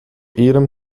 ihrem